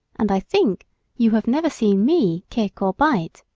and i think you have never seen me kick or bite.